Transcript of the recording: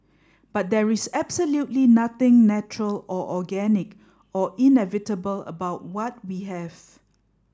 but there is absolutely nothing natural or organic or inevitable about what we have